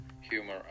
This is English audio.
humor